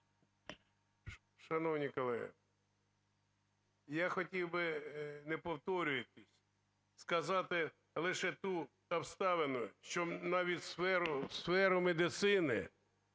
Шановні колеги, я хотів би не повторюватись, сказати лише ту обставину, що навіть в сферу медицини,